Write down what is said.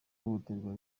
ihohoterwa